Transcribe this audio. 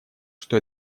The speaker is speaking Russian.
что